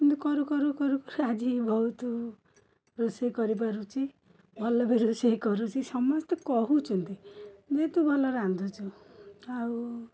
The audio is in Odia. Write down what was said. ଏମିତି କରୁକରୁ କରୁକରୁ ଆଜି ବହୁତ ରୋଷେଇ କରିପାରୁଛି ଭଲବି ରୋଷେଇ କରୁଛି ସମସ୍ତେ କହୁଛନ୍ତି ଯେହେତୁ ଭଲ ରାନ୍ଧୁଛୁ ଆଉ